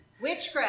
Witchcraft